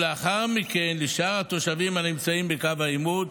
לאחר מכן לשאר התושבים הנמצאים בקו העימות,